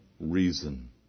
reason